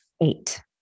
Eight